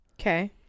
Okay